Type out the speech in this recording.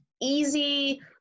Easy